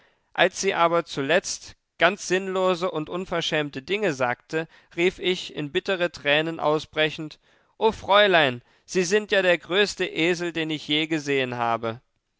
als sie aber zuletzt ganz sinnlose und unverschämte dinge sagte rief ich in bittere tränen ausbrechend o fräulein sie sind ja der größte esel den ich je gesehen habe